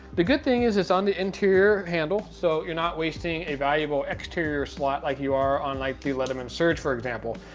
the good thing is it's on the interior handle, so you're not wasting a valuable exterior slot like you are on like, the leatherman surge, for example.